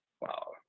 Wow